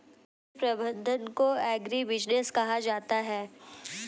कृषि प्रबंधन को एग्रीबिजनेस कहा जाता है